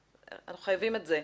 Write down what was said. אנחנו חייבים את זה.